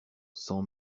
sans